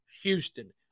Houston